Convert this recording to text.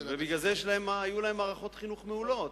ובגלל זה היו להם מערכות חינוך מעולות,